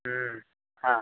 हु ह